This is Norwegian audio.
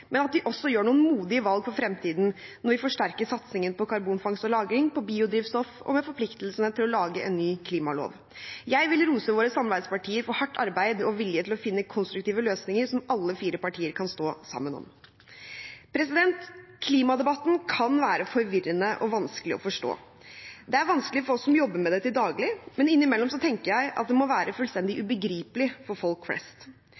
men at vi også gjør noen modige valg for fremtiden – når vi forsterker satsingen på karbonfangst og -lagring, på biodrivstoff og med forpliktelsen til å lage en ny klimalov. Jeg vil rose våre samarbeidspartier for hardt arbeid og vilje til å finne konstruktive løsninger som alle fire partier kan stå sammen om. Klimadebatten kan være forvirrende og vanskelig å forstå. Det er vanskelig for oss som jobber med det til daglig, men innimellom tenker jeg at det må være fullstendig ubegripelig for folk flest.